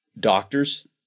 doctors